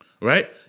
right